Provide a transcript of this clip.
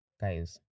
guys